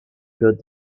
good